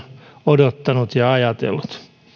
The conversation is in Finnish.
odottanut ja ajatellut